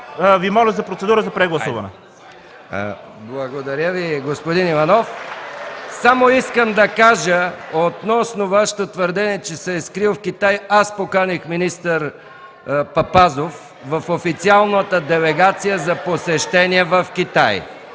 от ГЕРБ.) ПРЕДСЕДАТЕЛ МИХАИЛ МИКОВ: Благодаря Ви, господин Иванов. Само искам да кажа относно Вашето твърдение, че се е скрил в Китай. Аз поканих министър Папазов в официалната делегация за посещение в Китай.